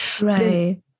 Right